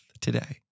today